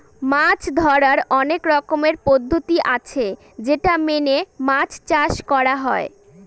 মাছ ধরার অনেক রকমের পদ্ধতি আছে যেটা মেনে মাছ চাষ করা হয়